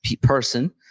person